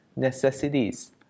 necessities